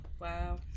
Wow